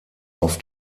auf